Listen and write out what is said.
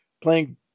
playing